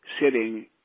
sitting